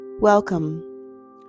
welcome